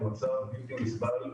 זה מצב בלתי נסבל,